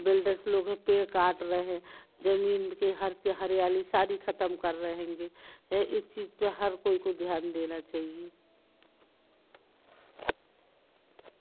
builders लोगों पेड़ काट रहे जमीन के हरियाली सारी खत्म कर होंगे इस चीज पे हर लोगों को ध्यान देना चाहिए